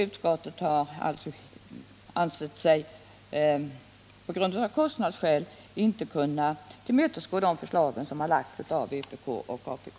Utskottet har alltså av kostnadsskäl inte ansett sig kunna tillmötesgå de förslag som har lagts av vpk och apk.